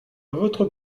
votre